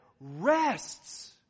rests